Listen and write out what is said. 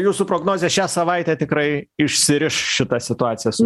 jūsų prognozė šią savaitę tikrai išsiris šitą situacijas